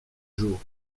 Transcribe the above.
jour